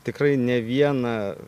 tikrai ne vieną